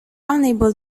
unable